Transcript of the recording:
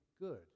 good